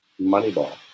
Moneyball